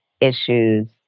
issues